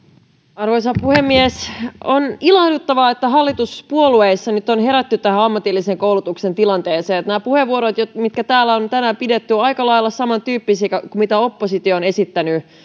arvoisa puhemies on ilahduttavaa että hallituspuolueissa nyt on herätty tähän ammatillisen koulutuksen tilanteeseen puheenvuorot mitkä täällä on tänään pidetty ovat aika lailla samantyyppisiä kuin mitä oppositio on esittänyt